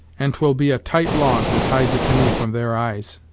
and t will be a tight log that hides a canoe from their eyes.